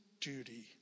duty